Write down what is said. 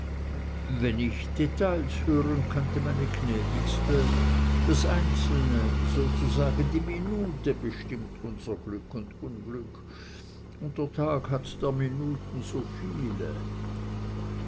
wenn ich details hören könnte meine gnädigste das einzelne sozusagen die minute bestimmt unser glück und unglück und der tag hat der minuten so viele